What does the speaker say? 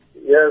Yes